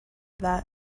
that